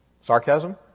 Sarcasm